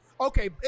Okay